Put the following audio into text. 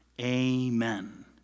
amen